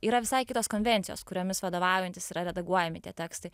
yra visai kitos konvencijos kuriomis vadovaujantis yra redaguojami tie tekstai